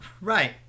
Right